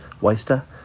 Waster